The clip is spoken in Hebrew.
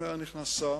אם היה נכנס שר,